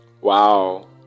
Wow